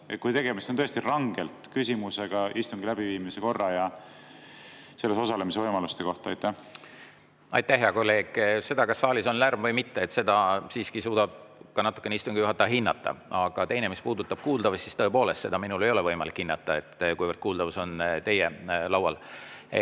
kui tegemist on tõesti rangelt küsimusega istungi läbiviimise korra ja istungil osalemise võimaluste kohta? Aitäh, hea kolleeg! Seda, kas saalis on lärm või mitte, siiski suudab natukene ka istungi juhataja hinnata. Aga seda, mis puudutab kuuldavust, tõepoolest minul ei ole võimalik hinnata, kuivõrd kuuldavus on teie laual.